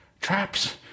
Traps